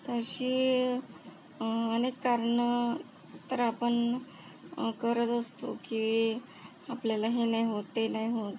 तशी अनेक कारणं तर आपण करत असतो की आपल्याला हे नाही होत ते नाही होत